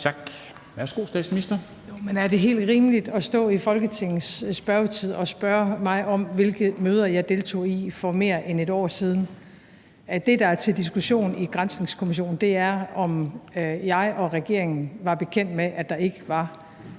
er det helt rimeligt at stå i Folketingets spørgetime og spørge mig om, hvilke møder jeg deltog i for mere end et år siden? Det, der er til diskussion i granskningskommissionen, er, om jeg og regeringen var bekendt med, at der ikke var